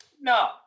No